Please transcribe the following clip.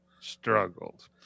struggled